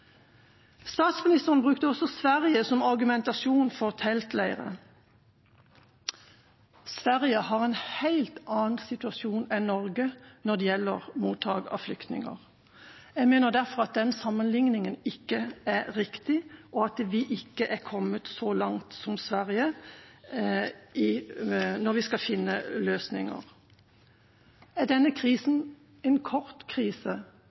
Statsministeren brukte også Sverige som argumentasjon for teltleirer. Sverige har en helt annen situasjon enn Norge når det gjelder mottak av flyktninger. Jeg mener derfor at den sammenlikningen ikke er riktig, og at vi ikke er kommet så langt som Sverige når vi skal finne løsninger. Er denne krisen en kort krise,